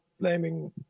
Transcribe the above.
blaming